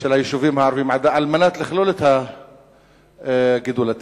של היישובים הערביים על מנת לכלול את גידול הטבעי.